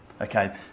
okay